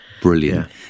brilliant